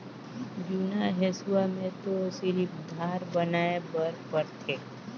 जुन्ना हेसुआ में तो सिरिफ धार बनाए बर परथे